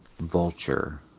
vulture